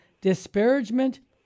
disparagement